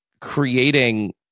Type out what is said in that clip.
creating